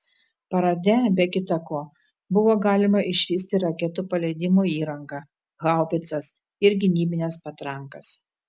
parade be kita ko buvo galima išvysti raketų paleidimo įrangą haubicas ir gynybines patrankas